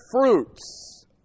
fruits